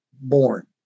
born